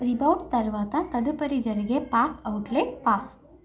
Reebok తరువాత తదుపరి జరిగే పాస్ అవుట్లెట్ పాస్